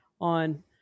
on